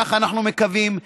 כך אנו מקווים,